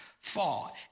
fall